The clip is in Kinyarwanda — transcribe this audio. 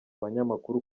abanyamakuru